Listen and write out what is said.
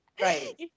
Right